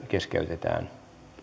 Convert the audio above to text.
keskeytetään